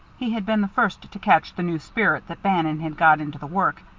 he had been the first to catch the new spirit that bannon had got into the work,